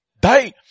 die